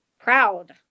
Proud